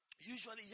Usually